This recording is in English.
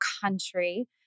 country